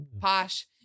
posh